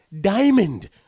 diamond